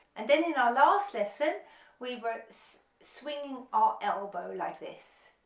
and then in our last lesson we were swinging our elbow like this,